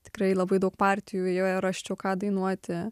tikrai labai daug partijų joje rasčiau ką dainuoti